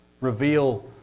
reveal